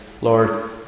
Lord